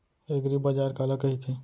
एगरीबाजार काला कहिथे?